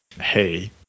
hey